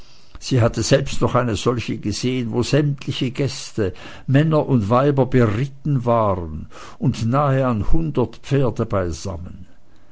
sie hatte selbst noch eine solche gesehen wo sämtliche gäste männer und weiber beritten waren und nahe an hundert pferde beisammen